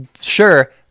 sure